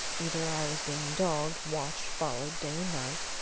either i was being dogged, watched, followed, day and night,